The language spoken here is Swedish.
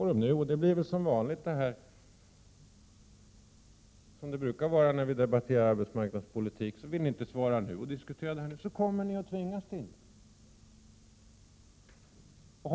Det blir väl som vanligt när vi debatterar arbetsmarknadspolitiken — men vill ni inte svara på de här frågorna nu så kommer ni att tvingas till det.